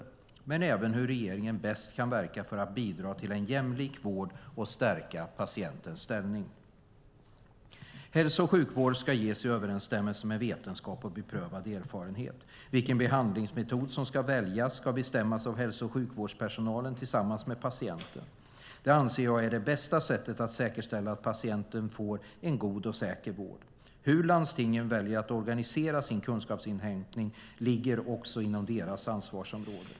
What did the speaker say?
Men det handlar även om hur regeringen bäst kan verka för att bidra till en jämlik vård och stärka patientens ställning. Hälso och sjukvård ska ges i överensstämmelse med vetenskap och beprövad erfarenhet. Vilken behandlingsmetod som ska väljas ska bestämmas av hälso och sjukvårdspersonalen tillsammans med patienten. Det anser jag är det bästa sättet att säkerställa att patienten får en god och säker vård. Hur landstingen väljer att organisera sin kunskapsinhämtning ligger också inom deras ansvarsområde.